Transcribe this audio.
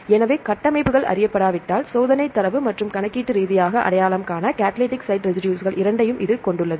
எனவே கட்டமைப்புகள் அறியப்படாவிட்டால் சோதனை தரவு மற்றும் கணக்கீட்டு ரீதியாக அடையாளம் காணப்பட்ட கடலிடிக் சைட் ரெசிடுஸ்கள் இரண்டையும் இது கொண்டுள்ளது